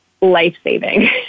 life-saving